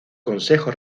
consejo